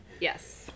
Yes